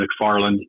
McFarland